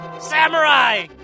Samurai